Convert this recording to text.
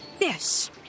Yes